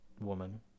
woman